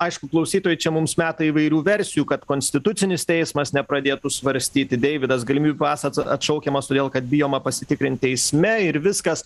aišku klausytojai čia mums meta įvairių versijų kad konstitucinis teismas nepradėtų svarstyti deividas galimybių pasas atšaukiamas todėl kad bijoma pasitikrint teisme ir viskas